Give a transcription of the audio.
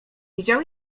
widział